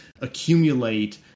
accumulate